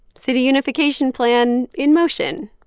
city unification plan in motion.